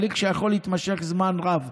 הליך שיכול להתמשך זמן רב.